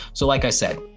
so like i said,